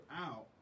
out